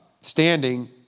standing